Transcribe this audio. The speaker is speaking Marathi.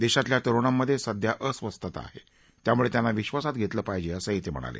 देशातल्या तरूणांमधे सध्या अस्वस्थता आहे त्यामुळे त्यांना विधासात घेतलं पाहिजे असंही ते म्हणाले